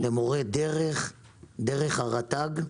למורי דרך דרך הרט"ג.